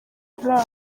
kuri